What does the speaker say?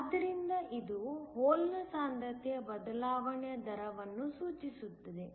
ಆದ್ದರಿಂದ ಇದು ಹೋಲ್ನ ಸಾಂದ್ರತೆಯ ಬದಲಾವಣೆಯ ದರವನ್ನು ಸೂಚಿಸುತ್ತದೆ